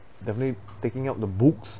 definitely taking up the books